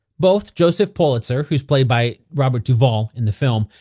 both joseph pulitzer, who's played by robert duvall in the film,